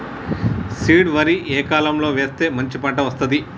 Seed వరి ఏ కాలం లో వేస్తే మంచి పంట వస్తది?